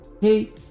hey